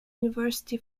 university